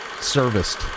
serviced